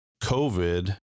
COVID